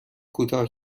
کوتاه